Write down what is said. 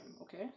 okay